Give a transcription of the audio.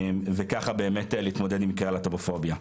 וככה באמת להתמודד עם מקרי הלהט"בופוביה.